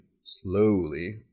slowly